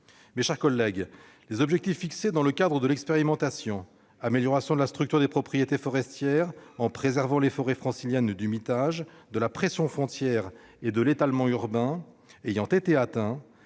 Mes chers collègues, les objectifs fixés dans le cadre de l'expérimentation- amélioration de la structure des propriétés forestières et préservation des forêts franciliennes du mitage, de la pression foncière et de l'étalement urbain -ayant été atteints,